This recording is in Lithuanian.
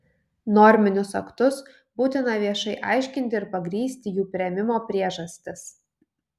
norminius aktus būtina viešai aiškinti ir pagrįsti jų priėmimo priežastis